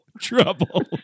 trouble